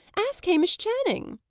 ask hamish channing.